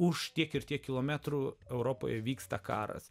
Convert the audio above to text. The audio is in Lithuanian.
už tiek ir tiek kilometrų europoje vyksta karas